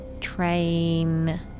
train